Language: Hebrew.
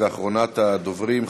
ואחרונת הדוברים,